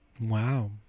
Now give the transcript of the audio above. wow